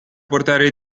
portare